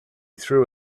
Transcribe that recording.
threw